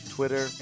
Twitter